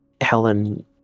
Helen